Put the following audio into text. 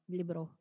libro